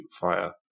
fire